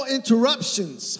interruptions